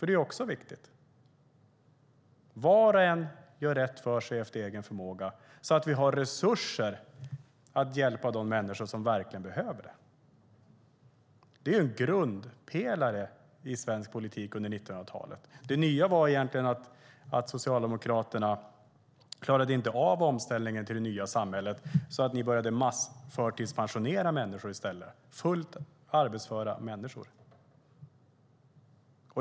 Det är viktigt: Var och en gör rätt för sig efter egen förmåga, så att vi har resurser för att hjälpa de människor som verkligen behöver det. Det är en grundpelare i svensk politik under 1900-talet. Det nya var egentligen att Socialdemokraterna inte klarade av omställningen till det nya samhället, så ni började massförtidspensionera människor i stället - fullt arbetsföra människor.